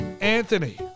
Anthony